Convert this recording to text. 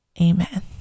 Amen